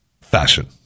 fashion